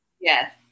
yes